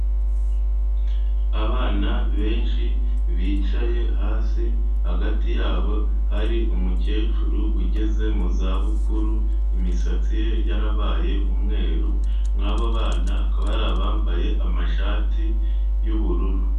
Abana benshi bicaye hasi, hagati yabo hari umukecuru ugeze mu zabukuru, imisatsi ye yarabaye umweru, muri abo bana hakaba hari ambaye amashati y'ubururu.